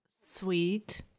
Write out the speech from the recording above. sweet